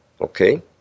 okay